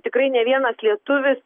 tikrai ne vienas lietuvis